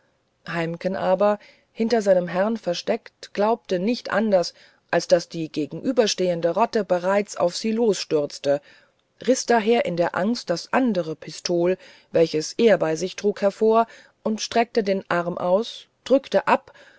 heimken aber hinter seinem herrn versteckt glaubte nicht anders als daß die gegenüberstehende rotte bereits auf sie losstürze riß daher in der angst das andere pistol welches er bei sich trug hervor streckte den arm aus drückte ab